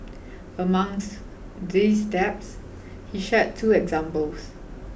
amongst these steps he shared two examples